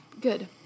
good